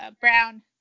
brown